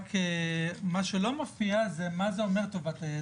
רק מה שלא מופיע זה מה זה אומר טובת הילד,